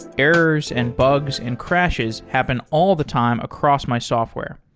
errors, and bugs, and crashes happen all the time across my software.